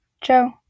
joe